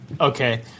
Okay